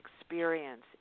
experience